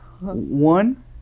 One